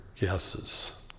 guesses